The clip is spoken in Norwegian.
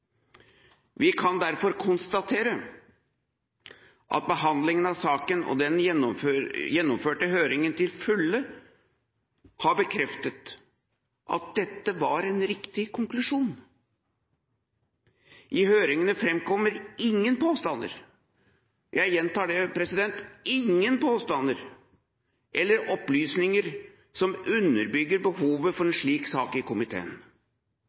Vi kan derfor konstatere at behandlingen av saken og den gjennomførte høringen til fulle har bekreftet at dette var en riktig konklusjon. I høringene framkommer ingen påstander – jeg gjentar det: ingen påstander – eller opplysninger som underbygger behovet for en slik sak i komiteen.